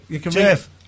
Jeff